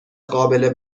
قابل